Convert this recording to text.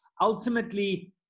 ultimately